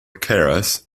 keras